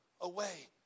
away